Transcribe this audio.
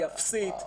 היא אפסית.